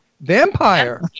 vampire